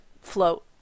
float